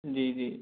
जी जी